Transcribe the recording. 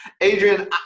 Adrian